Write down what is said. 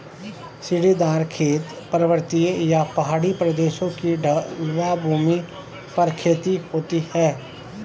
सीढ़ीदार खेत, पर्वतीय या पहाड़ी प्रदेशों की ढलवां भूमि पर खेती होती है